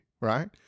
right